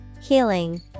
Healing